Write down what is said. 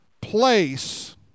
place